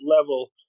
level